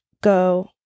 go